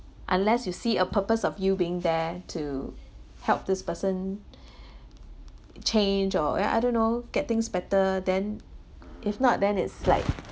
unless you see a purpose of you being there to help this person change or I I don't know get things better then if not then it's like